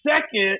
Second